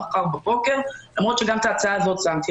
מחר בבוקר למרות שגם את ההצעה הזאת שמתי